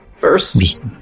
First